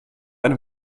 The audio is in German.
eine